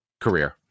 career